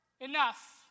enough